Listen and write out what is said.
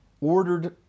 ordered